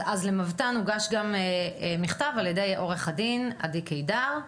אז למבת"ן הוגש מכתב על ידי עו"ד עדי קידר,